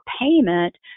payment